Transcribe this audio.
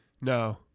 No